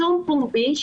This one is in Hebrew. פומבי,